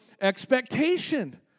expectation